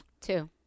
Two